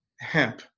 hemp